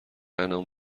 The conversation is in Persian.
انعام